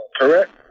Correct